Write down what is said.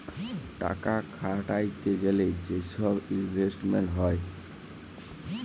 টাকা খাটাইতে গ্যালে যে ছব ইলভেস্টমেল্ট হ্যয়